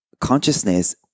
consciousness